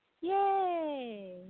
Yay